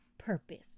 purpose